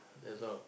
that's all